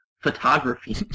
photography